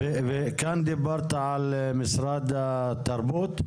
וכאן דיברת על משרד התרבות?